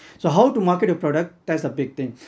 so how to market a product that's a big thing